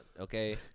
Okay